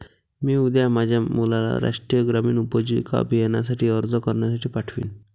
मी उद्या माझ्या मुलाला राष्ट्रीय ग्रामीण उपजीविका अभियानासाठी अर्ज करण्यासाठी पाठवीन